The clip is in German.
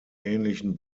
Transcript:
ähnlichen